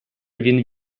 він